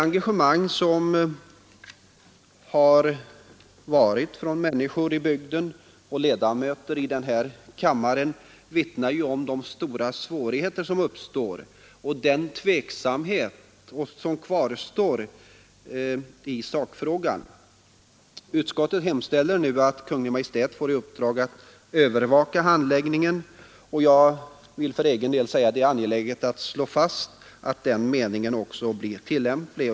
Engagemanget från människor i bygden och från ledamöter av den här kammaren vittnar ju om de stora svårigheter som finns och den tveksamhet som kvarstår i sakfrågan. Utskottet erinrar om att det ankommer på Kungl. Maj:t att övervaka handläggningen av detta ärende, och för egen del finner jag det mycket angeläget att så sker.